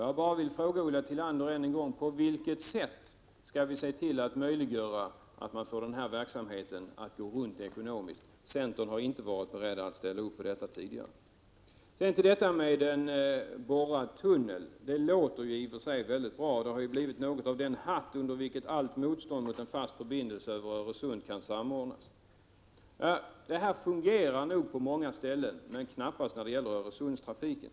Jag vill än en gång fråga Ulla Tillander: På vilket sätt skall vi se till att möjliggöra att man får denna verksamhet att gå runt ekonomiskt? Centerpartiet har inte varit berett att ställa upp bakom detta tidigare. En borrad tunnel låter i och för sig mycket bra. En borrad tunnel har blivit 39 något av en hatt under vilken allt motstånd mot en fast förbindelse över Öresund kan samordnas. En borrad tunnel fungerar nog på många ställen men knappast när det gäller Öresundstrafiken.